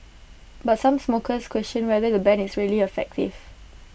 but some smokers question whether the ban is really effective